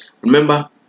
remember